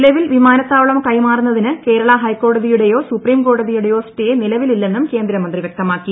നിലവിൽ വിമാനത്താവളം കൈമാറുന്നതിന് കേരളാ ഹൈക്കോടതിയുടെയോ സുപ്രീംകോടതിയുടെയോ സ്റ്റേ നിലവില്ലെന്നും കേന്ദ്രമന്ത്രി വ്യക്തമാക്കി